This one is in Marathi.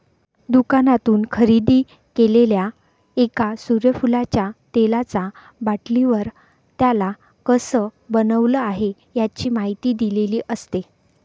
दुकानातून खरेदी केलेल्या एका सूर्यफुलाच्या तेलाचा बाटलीवर, त्याला कसं बनवलं आहे, याची माहिती दिलेली असते